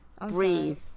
breathe